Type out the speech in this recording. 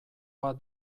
bat